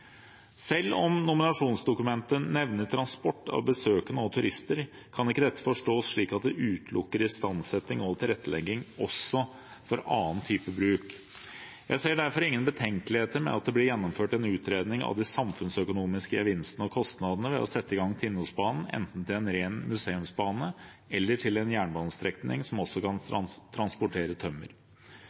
Selv om nominasjonsdokumentet nevner transport av besøkende og turister, kan ikke dette forstås slik at det utelukker istandsetting og tilrettelegging også for annen type bruk. Jeg ser derfor ingen betenkeligheter med at det blir gjennomført en utredning av de samfunnsøkonomiske gevinstene og kostnadene ved å sette i stand Tinnosbanen enten til en ren museumsbane eller til en jernbanestrekning som også kan transportere tømmer.